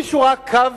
האם מישהו ראה קו